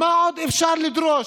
מה עוד אפשר לדרוש?